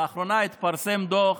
לאחרונה התפרסם דוח